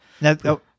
Now